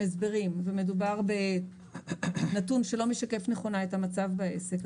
הסברים ומדובר בנתון שלא משקף נכונה את המצב בעסק,